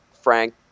Frank